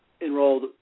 enrolled